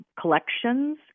collections